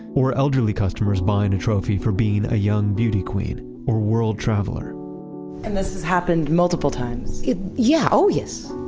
or elderly customers buying a trophy for being a young beauty queen or world traveler and this has happened multiple times yeah. oh yes.